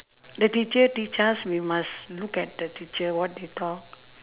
the teacher teach us we must look at the teacher what they talk